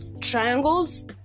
triangles